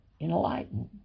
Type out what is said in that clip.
Enlightened